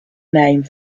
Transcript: name